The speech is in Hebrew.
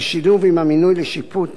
בשילוב עם המינוי לשיפוט